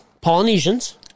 Polynesians